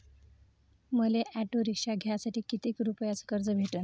मले auto rickshaw घ्यासाठी कितीक रुपयाच कर्ज भेटनं?